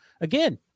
Again